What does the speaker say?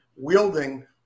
wielding